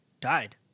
died